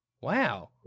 Wow